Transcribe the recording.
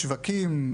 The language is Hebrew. שווקים,